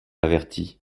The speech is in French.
avertis